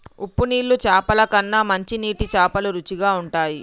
ఉప్పు నీళ్ల చాపల కన్నా మంచి నీటి చాపలు రుచిగ ఉంటయ్